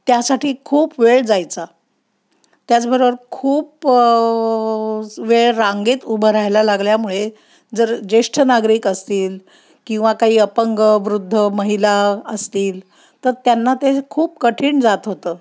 त्यासाठी खूप वेळ जायचा त्याचबरोबर खूप वेळ रांगेत उभं राहायला लागल्यामुळे जर ज्येष्ठ नागरिक असतील किंवा काही अपंग वृद्ध महिला असतील तर त्यांना ते खूप कठीण जात होतं